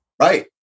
Right